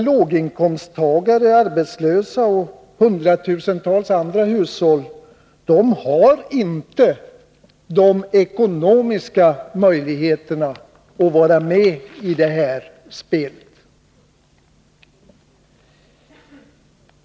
Låginkomsttagare, arbetslösa och hundratusentals andra hushåll har inte de ekonomiska möjligheterna att vara med i det här spelet.